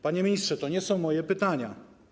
Panie ministrze, to nie są moje pytania.